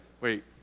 Wait